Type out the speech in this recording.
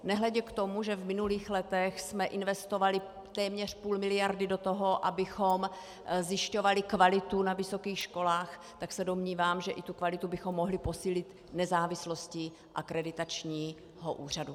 Nehledě k tomu, že v minulých letech jsme investovali téměř půl miliardy do toho, abychom zjišťovali kvalitu na vysokých školách, tak se domnívám, že i tu kvalitu bychom mohli posílit nezávislostí akreditačního úřadu.